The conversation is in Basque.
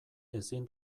ezin